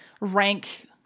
rank